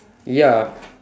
ya